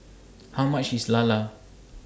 How much IS Lala